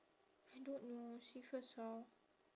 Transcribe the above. I don't know see first how